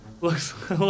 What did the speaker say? looks